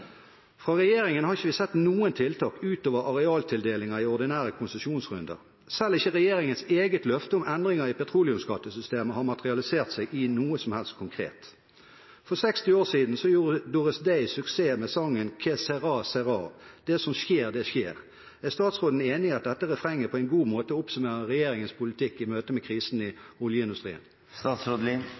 Fra regjeringen har vi ikke sett noen tiltak utover arealtildelinger i ordinære konsesjonsrunder. Selv ikke regjeringens eget løfte om endringer i petroleumsskattesystemet har materialisert seg i noe som helst konkret. For 60 år siden gjorde Doris Day suksess med sangen «Que Sera, Sera» – det som skjer, det skjer. Er statsråden enig i at dette refrenget på en god måte oppsummerer regjeringens politikk i møte med krisen i